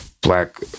black